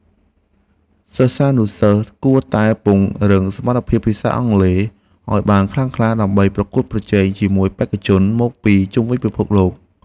សិស្សានុសិស្សគួរតែពង្រឹងសមត្ថភាពភាសាអង់គ្លេសឱ្យបានខ្លាំងក្លា ដើម្បីប្រកួតប្រជែងជាមួយបេក្ខជនមកពីជុំវិញពិភពលោក។